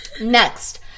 Next